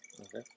Okay